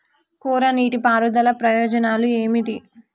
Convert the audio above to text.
కోరా నీటి పారుదల ప్రయోజనాలు ఏమిటి?